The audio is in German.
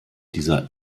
dieser